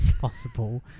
possible